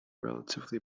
relatively